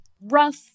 rough